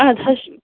اَدٕ حظ